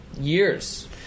years